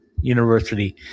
University